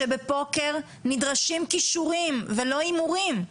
שבפוקר נדרשים כישורים ולא הימורים.